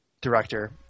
director